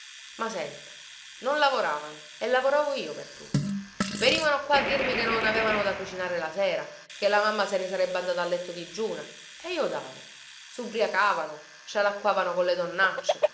ma senta non lavoravano e lavoravo io per tutti venivano qua a dirmi che non avevano da cucinare la sera che la mamma se ne sarebbe andata a letto digiuna e io davo subriacavano scialacquavano con le